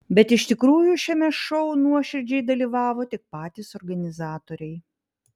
bet iš tikrųjų šiame šou nuoširdžiai dalyvavo tik patys organizatoriai